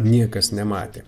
niekas nematė